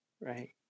right